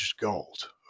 gold